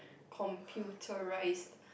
computerise